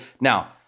Now